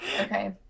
Okay